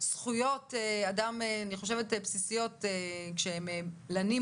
זכויות אדם אני חושבת בסיסיות כשהם לנים